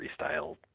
freestyle